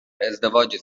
ازدواج